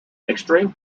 extreme